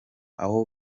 aho